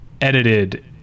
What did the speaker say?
edited